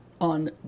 on